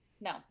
No